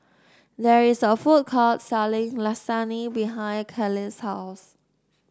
there is a food court selling Lasagne behind Kailey's house